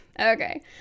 okay